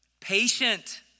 Patient